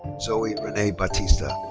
zoe rene batista.